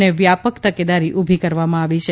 અને વ્યાપક તકેદારી ઉભી કરવામાં આવી છે